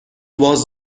was